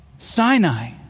Sinai